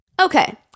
Okay